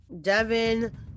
Devin